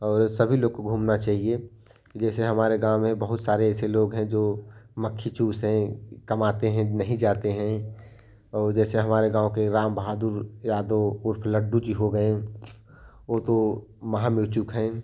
और सभी लोग को घूमना चाहिए जैसे हमारे गाँव में बहुत सारे ऐसे लोग हैं जो मक्खीचूस हैं कमाते हैं नहीं जाते हैं औ जैसे हमारे गाँव के रामबहादुर यादव उर्फ लड्डू जी हो गए ओ तो महा मिरचुक हैं